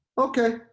okay